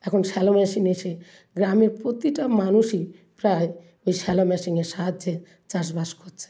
এখন shallow machine এসে গ্রামের প্রতিটা মানুষই প্রায় ওই শ্যালো মেশিনের সাহায্যে চাষবাস করছে